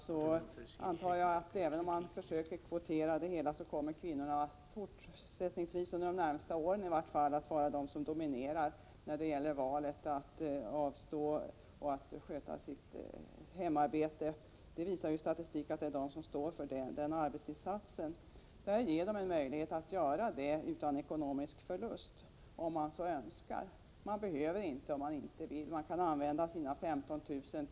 Jag antar därför att även om man försöker kvotera så kommer kvinnorna fortsättningsvis, i varje fall under de närmaste åren, att vara de som dominerar när det gäller valet att avstå från förvärvsarbete och i stället sköta hemarbetet. Statistiken visar att det är kvinnorna som står för den arbetsinsatsen. Detta förslag ger dem en möjlighet att göra det utan ekonomisk förlust, om de så önskar. Man behöver juinte utnyttja det om man inte vill. Man kan använda sina 15 000 kr.